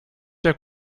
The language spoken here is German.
der